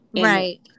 Right